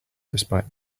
despite